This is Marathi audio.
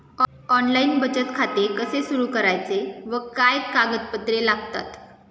ऑनलाइन बचत खाते कसे सुरू करायचे व काय कागदपत्रे लागतात?